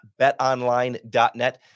betonline.net